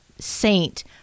saint